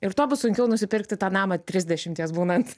ir tuo bus sunkiau nusipirkti tą namą trisdešimties būnant